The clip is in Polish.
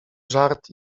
żart